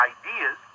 ideas